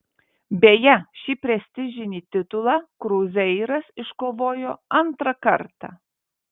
beje šį prestižinį titulą kruzeiras iškovojo antrą kartą